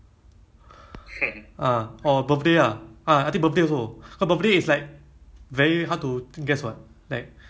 dia cakap even your google is like off or something right they still listen to you is it correct